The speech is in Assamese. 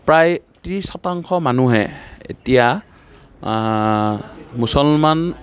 প্ৰায় ত্ৰিছ শতাংশ মানুহে এতিয়া মুছলমান